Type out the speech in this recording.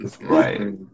Right